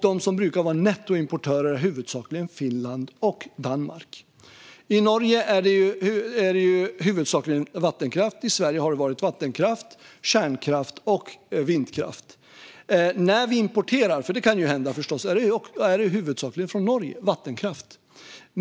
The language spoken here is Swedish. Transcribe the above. De som brukar vara nettoimportörer är huvudsakligen Finland och Danmark. I Norge är det huvudsakligen vattenkraft. I Sverige har det varit vattenkraft, kärnkraft och vindkraft. När vi importerar - för det kan förstås hända - är det huvudsakligen vattenkraft från Norge.